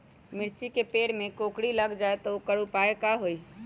मिर्ची के पेड़ में कोकरी लग जाये त वोकर उपाय का होई?